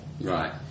Right